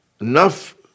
enough